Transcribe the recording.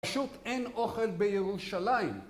פשוט אין אוכל בירושלים